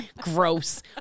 Gross